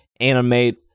animate